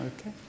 Okay